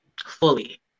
fully